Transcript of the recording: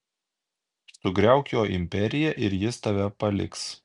sugriauk jo imperiją ir jis tave paliks